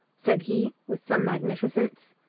said he with some magnificence.